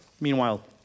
Meanwhile